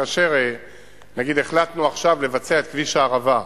כאשר החלטנו עכשיו לבצע את כביש הערבה,